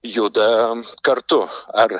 juda kartu ar